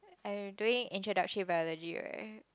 I am doing introductory biology right